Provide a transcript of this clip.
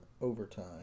overtime